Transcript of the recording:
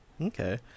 Okay